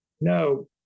No